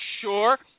sure